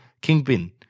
kingpin